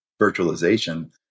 virtualization